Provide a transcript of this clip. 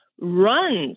runs